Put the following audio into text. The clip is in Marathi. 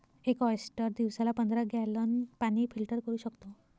एक ऑयस्टर दिवसाला पंधरा गॅलन पाणी फिल्टर करू शकतो